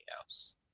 else